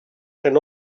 can